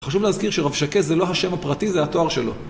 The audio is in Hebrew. חשוב להזכיר שרבשקה זה לא השם הפרטי, זה התואר שלו.